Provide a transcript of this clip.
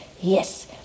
yes